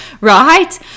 right